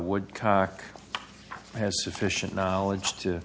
woodcock has sufficient knowledge to